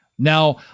Now